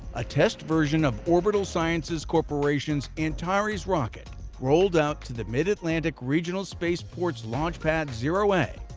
a test version of orbital sciences corporation's antares rocket rolled out to the mid-atlantic regional spaceport's launch pad zero a.